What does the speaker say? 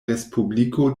respubliko